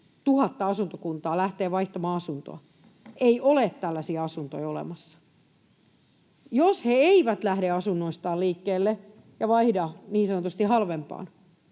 57 000 asuntokuntaa lähtee vaihtamaan asuntoa, ei ole tällaisia asuntoja olemassa. Jos he eivät lähde asunnoistaan liikkeelle ja vaihda niin sanotusti halvempaan